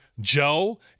Joe